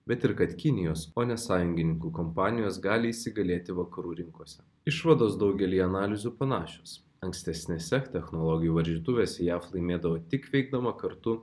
bet ir kad kinijos o ne sąjungininkų kompanijos gali įsigalėti vakarų rinkose išvados daugelyje analizių panašios ankstesnėse technologijų varžytuvėse jav laimėdavo tik veikdama kartu